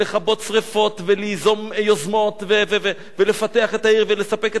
שרפות וליזום יוזמות ולפתח את העיר ולספק את הצרכים.